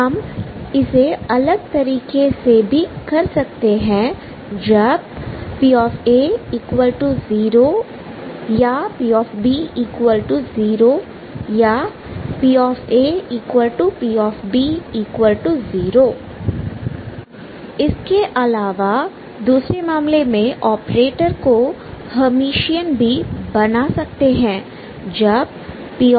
हम इसे अलग तरीके से भी कर सकते हैं जब pa0 or pb0 or papb0 इसके अलावा दूसरे मामले मेंऑपरेटर को हेयरमिशन भी बना सकते हैं जब papb